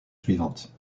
suivantes